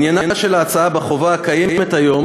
עניינה של ההצעה בחובה הקיימת היום